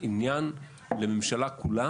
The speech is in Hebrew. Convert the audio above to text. זו תוכנית לממשלה כולה,